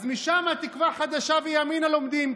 אז משם תקווה חדשה וימינה לומדים,